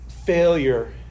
Failure